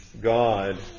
God